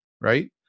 right